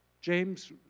James